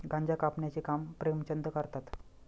गांजा कापण्याचे काम प्रेमचंद करतात